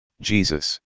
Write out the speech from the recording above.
Jesus